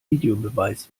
videobeweis